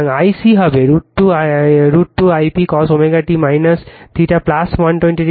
এবং i c হবে √ 2 I p cos ω t θ 120 o